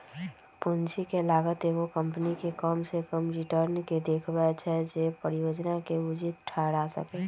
पूंजी के लागत एगो कंपनी के कम से कम रिटर्न के देखबै छै जे परिजोजना के उचित ठहरा सकइ